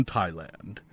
Thailand